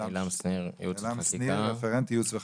עילם שניר, רפרנט ייעוץ וחקיקה.